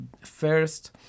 first